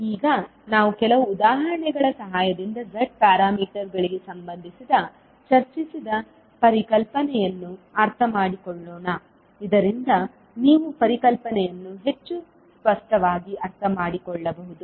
ಈಗ ನಾವು ಕೆಲವು ಉದಾಹರಣೆಗಳ ಸಹಾಯದಿಂದ Z ಪ್ಯಾರಾಮೀಟರ್ಗಳಿಗೆ ಸಂಬಂಧಿಸಿದ ಚರ್ಚಿಸಿದ ಪರಿಕಲ್ಪನೆಯನ್ನು ಅರ್ಥಮಾಡಿಕೊಳ್ಳೋಣ ಇದರಿಂದ ನೀವು ಪರಿಕಲ್ಪನೆಯನ್ನು ಹೆಚ್ಚು ಸ್ಪಷ್ಟವಾಗಿ ಅರ್ಥಮಾಡಿಕೊಳ್ಳಬಹುದು